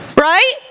Right